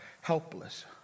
helpless